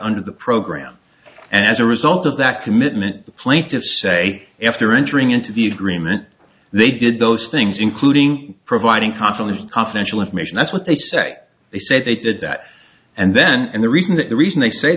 under the program and as a result of that commitment the plaintiffs say after entering into the agreement they did those things including providing conference confidential information that's what they say they said they did that and then and the reason that the reason they say